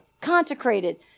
consecrated